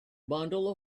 bundle